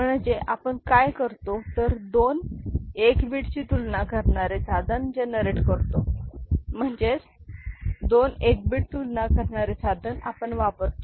म्हणजे आपण काय करतो तर दोन 1 बीट तुलना करणारे साधन जनरेट करतो म्हणजेच दोन 1 बीट तुलना करणारे साधन आपण वापरतो